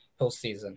postseason